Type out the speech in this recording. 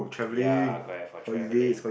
ya correct for travelling